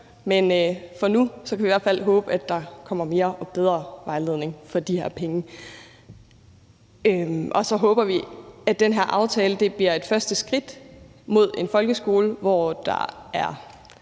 men for nu kan vi i hvert fald håbe, at der kommer mere og bedre vejledning for de her penge. Så håber vi, at den her aftale bliver et første skridt mod en folkeskole, hvor der er